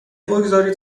بگذارید